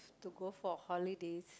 to go for holiday